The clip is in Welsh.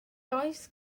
oes